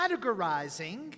categorizing